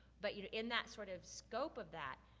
but you know in that sort of scope of that,